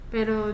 Pero